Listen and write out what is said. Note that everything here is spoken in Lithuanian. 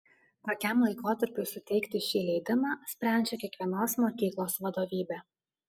kokiam laikotarpiui suteikti šį leidimą sprendžia kiekvienos mokyklos vadovybė